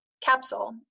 capsule